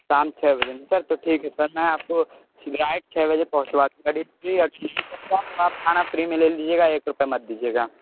साम छ बजे सर तो ठीक है सर मैं आपको डायरेक्ट शाम छ बजे पहुँचवा दूंगा और नहीं पहुँचा तो आप खाना फ्री में ले लीजिएगा एक रुपया मत दीजिएगा